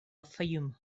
fayoum